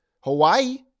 Hawaii